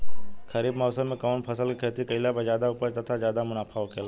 खरीफ़ मौसम में कउन फसल के खेती कइला पर ज्यादा उपज तथा ज्यादा मुनाफा होखेला?